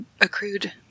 accrued